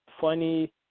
funny